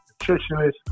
nutritionist